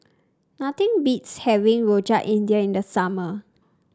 nothing beats having Rojak India in the summer